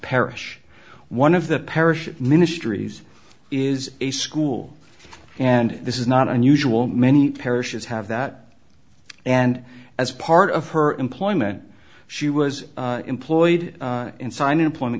parish one of the parish ministries is a school and this is not unusual many parishes have that and as part of her employment she was employed in sign an employment